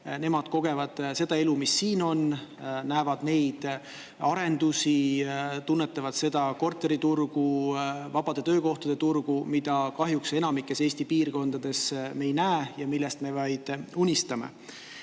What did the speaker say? Nemad kogevad seda elu, mis on siin, näevad neid arendusi, tunnetavad seda korteriturgu, vabade töökohtade turgu, mida kahjuks enamikus Eesti piirkondades me ei näe ja millest me vaid unistame.